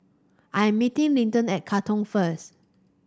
I am meeting Linton at Katong first